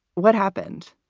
what happened?